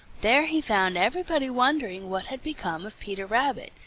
there he found everybody wondering what had become of peter rabbit,